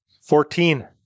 Fourteen